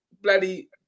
bloody